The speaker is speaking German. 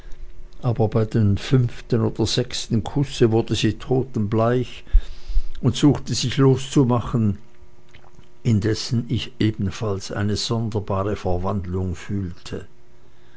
aber bei dem fünften oder sechsten kusse wurde sie totenbleich und suchte sich loszumachen indessen ich ebenfalls eine sonderbare verwandlung fühlte